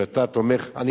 שאתה תומך בהם,